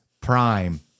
prime